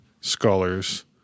scholars